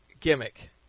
gimmick